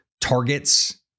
Targets